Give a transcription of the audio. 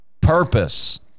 Purpose